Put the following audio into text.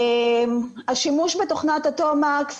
השימוש בתוכנת תומקס